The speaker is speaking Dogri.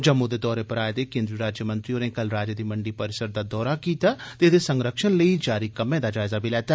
जम्मू दे दौरे पर आए दे केन्द्री राज्यमंत्री होरें कल राजे दी मंडी परिसर दा दौरा कीता ते एह्दे संरक्षण लेई जारी कम्में दा जायजा बी लैता